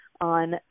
on